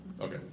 Okay